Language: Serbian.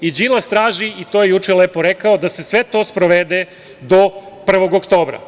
Đilas traži, i to je juče lepo rekao, da se sve to sprovede do 1. oktobra.